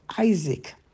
Isaac